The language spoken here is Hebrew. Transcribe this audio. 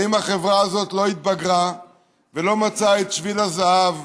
האם החברה הזאת לא התבגרה ולא מצאה את שביל הזהב?